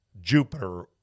Jupiter